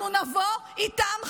אנחנו נבוא איתם חשבון.